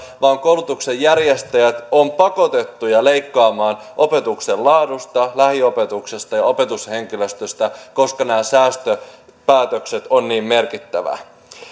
vaan koulutuksen järjestäjät ovat pakotettuja leikkaamaan opetuksen laadusta lähiopetuksesta ja opetushenkilöstöstä koska nämä säästöpäätökset ovat niin merkittäviä